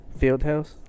Fieldhouse